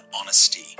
honesty